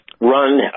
run